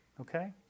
okay